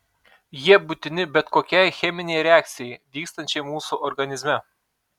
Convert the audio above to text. jie būtini bet kokiai cheminei reakcijai vykstančiai mūsų organizme